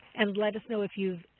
and let us know if you've